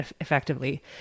effectively